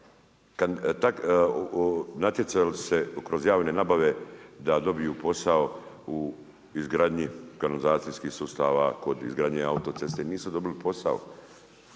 Natjecali su se kroz javne nabave da dobiju posao u izgradnji kanalizacijskih sustava, kod izgradnje autoceste, nisu dobili posao.